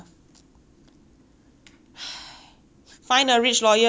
find a rich lawyer find a rich lawyer boy okay problem solved